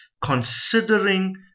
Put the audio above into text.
considering